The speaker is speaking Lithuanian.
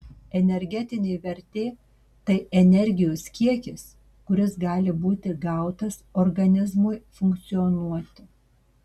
energetinė vertė tai energijos kiekis kuris gali būti gautas organizmui funkcionuoti